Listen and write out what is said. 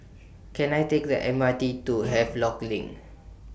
Can I Take The M R T to Havelock LINK